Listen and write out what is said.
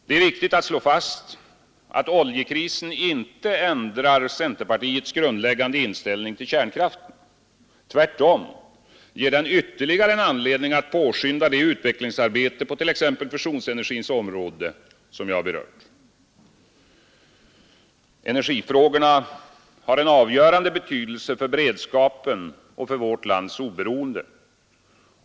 Det är viktigt att slå fast att oljekrisen inte ändrar centerpartiets grundläggande inställning till kärnkraften. Tvärtom ger den ytterligare en anledning att påskynda det utvecklingsarbete på t.ex. fusionsenergins område som jag berört. Energifrågorna har en avgörande betydelse för beredskapen och för vårt lands oberoende.